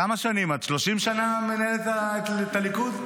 כמה שנים את, 30 שנה מנהלת את הליכוד?